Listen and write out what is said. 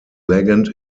legend